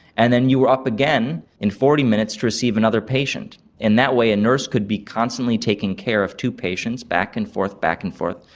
and then you were up again in forty minutes to receive another patient. in that way a nurse could be constantly taking care of two patients, back and forth, back and forth,